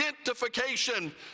identification